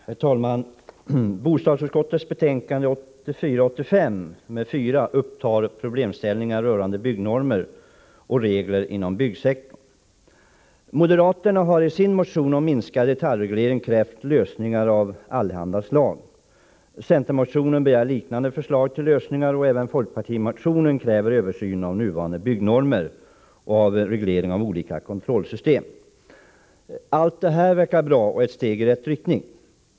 Herr talman! Bostadsutskottets betänkande 4 upptar problemställningar rörande byggnormer och regler inom byggsektorn. Moderaterna har i sin motion om minskad detaljreglering krävt lösningar av allehanda slag. Centermotionen begär liknande förslag till lösningar. Även folkpartimotionen kräver en översyn av nuvarande byggnormer och en avreglering av olika kontrollsystem. Allt detta verkar bra och är ett steg i rätt riktning.